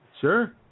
Sure